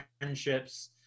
friendships